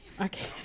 Okay